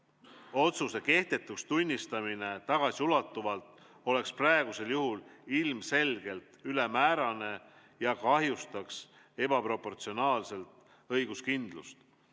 kehtetuks tunnistamine oleks praegusel juhul ilmselgelt ülemäärane ja kahjustaks ebaproportsionaalselt õiguskindlust.